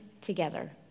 together